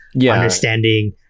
understanding